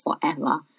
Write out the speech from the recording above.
forever